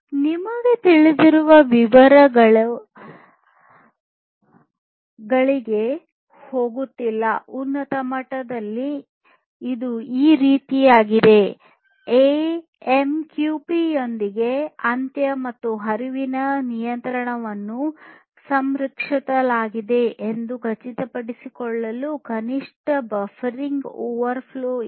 ನಿಮಗೆ ತಿಳಿದಿರುವ ವಿವರಗಳಿಗೆಗಳು ಹೋಗುತ್ತಿಲ್ಲ ಉನ್ನತ ಮಟ್ಟದಲ್ಲಿ ಇದು ಈ ರೀತಿಯದ್ದಾಗಿದೆ ಎಎಮ್ಕ್ಯುಪಿ ಯೊಂದಿಗೆ ಅಂತ್ಯ ಮತ್ತು ಹರಿವಿನ ನಿಯಂತ್ರಣವನ್ನು ಸಂರಕ್ಷಿಸಲಾಗಿದೆ ಎಂದು ಖಚಿತಪಡಿಸಿಕೊಳ್ಳಲು ಕನಿಷ್ಠ ಬಫರ್ ಓವರ್ಫ್ಲೋ ಇದೆ